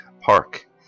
Park